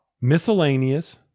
miscellaneous